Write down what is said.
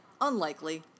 unlikely